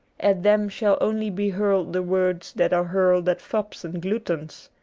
at them shall only be hurled the words that are hurled at fops and gluttons,